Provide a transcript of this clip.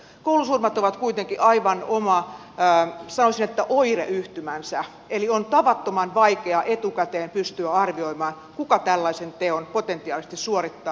koulusurmat ovat kuitenkin aivan oma sanoisin oireyhtymänsä eli on tavattoman vaikea etukäteen pystyä arvioimaan kuka tällaisen teon potentiaalisesti suorittaa loppuun saakka